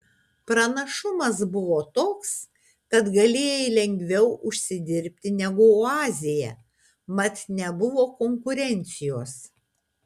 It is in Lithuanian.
pranašumas buvo toks kad galėjai lengviau užsidirbti negu oazėje mat nebuvo konkurencijos